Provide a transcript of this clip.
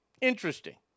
Interesting